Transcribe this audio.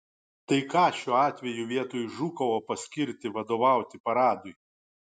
tai ką šiuo atveju vietoj žukovo paskirti vadovauti paradui